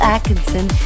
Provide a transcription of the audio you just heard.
Atkinson